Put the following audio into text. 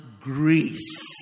grace